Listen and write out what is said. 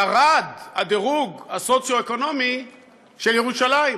ירד הדירוג הסוציו-אקונומי של ירושלים